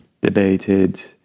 debated